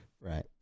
Right